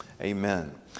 Amen